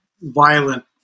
violent